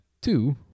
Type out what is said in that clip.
two